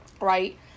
right